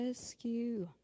Rescue